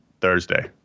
Thursday